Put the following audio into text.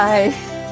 Bye